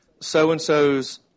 so-and-so's